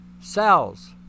cells